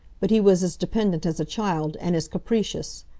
but he was as dependent as a child, and as capricious.